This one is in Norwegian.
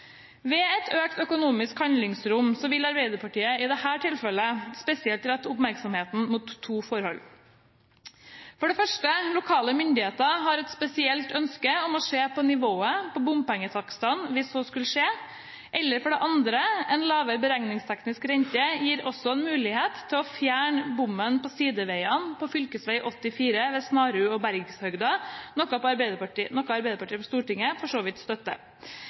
Ved et økt økonomisk handlingsrom vil Arbeiderpartiet i dette tilfellet spesielt rette oppmerksomheten mot to forhold. For det første: Lokale myndigheter har et spesielt ønske om å se på nivået på bomtakstene hvis så skulle skje. For det andre: En lavere beregningsteknisk rente gir også en mulighet til å fjerne bommen på sideveiene, fv. 84 ved Snarud og Bergshøgda, noe Arbeiderpartiet på Stortinget for så vidt